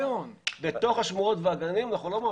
בתוך השמורות והגנים אנחנו לא מעבירים.